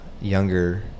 younger